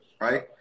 right